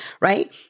right